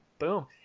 boom